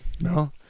No